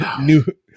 new